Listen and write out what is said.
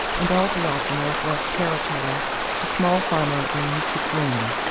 and all throughout the northwest territory the small farmer reigned supreme.